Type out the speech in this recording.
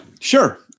Sure